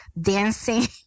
dancing